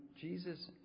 Jesus